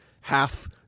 half